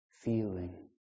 feeling